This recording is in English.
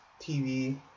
TV